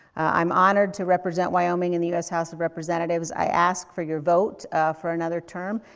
i'm honored to represent wyoming in the u s house of representatives. i ask for your vote for another term.